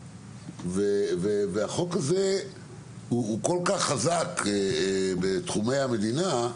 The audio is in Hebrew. והחוק הזה הוא כל כך חזק בתחומי המדינה,